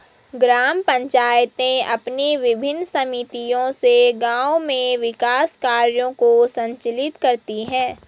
ग्राम पंचायतें अपनी विभिन्न समितियों से गाँव में विकास कार्यों को संचालित करती हैं